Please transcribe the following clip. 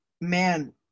man